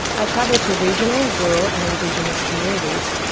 i travel to regional, rural and indigenous communities.